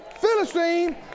Philistine